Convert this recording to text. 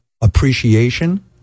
appreciation